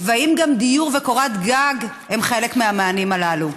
והאם גם דיור וקורת גג הם חלק מהמענים הללו?